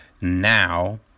now